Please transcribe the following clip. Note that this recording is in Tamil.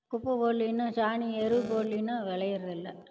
குப்பை போடலீனா சாணி எரு போடலீனா விளையிறதில்ல